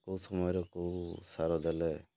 କେଉଁ ସମୟରେ କେଉଁ ସାର ଦେଲେ